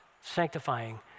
sanctifying